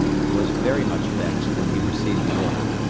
was very much vexed when he received the order,